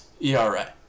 ERA